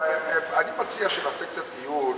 אני מציע שנעשה קצת דיון